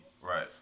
Right